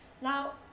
Now